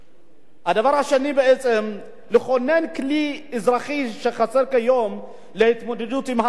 לכונן כלי אזרחי שחסר כיום להתמודדות עם הסתה לגזענות,